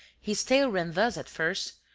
his tale ran thus at first,